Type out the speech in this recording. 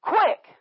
Quick